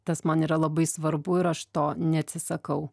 tas man yra labai svarbu ir aš to neatsisakau